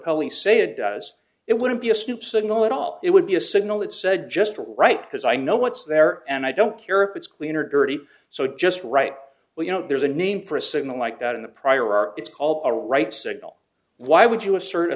appellee say it does it wouldn't be a snoop signal at all it would be a signal that said just right because i know what's there and i don't care if it's clean or dirty so just right well you know there's a name for a signal like that in the prior art it's called a right signal why would you assert